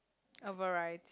a variety